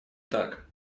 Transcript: так